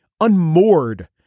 unmoored